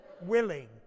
willing